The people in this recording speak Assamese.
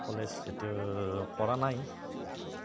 কলেজ তেতিয়া কৰা নাই